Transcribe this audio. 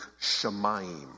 Shemaim